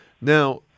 Now